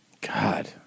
God